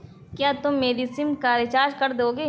क्या तुम मेरी सिम का रिचार्ज कर दोगे?